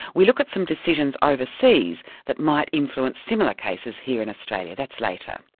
we look at some decisions overseas that might influence similar cases here in australia that's later.